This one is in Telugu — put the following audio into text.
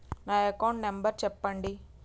నా అకౌంట్ నంబర్ చెప్పండి?